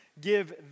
Give